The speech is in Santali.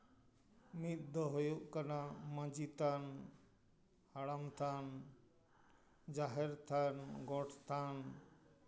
ᱢᱤᱫ ᱫᱚ ᱦᱩᱭᱩᱜ ᱠᱟᱱᱟ ᱢᱟᱺᱡᱷᱤ ᱛᱷᱟᱱ ᱦᱟᱲᱟᱢ ᱛᱷᱟᱱ ᱡᱟᱦᱮᱨ ᱛᱷᱟᱱ ᱜᱚᱴ ᱛᱷᱟᱱ